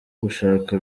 gushaka